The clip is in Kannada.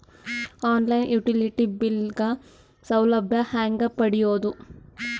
ಆನ್ ಲೈನ್ ಯುಟಿಲಿಟಿ ಬಿಲ್ ಗ ಸೌಲಭ್ಯ ಹೇಂಗ ಪಡೆಯೋದು?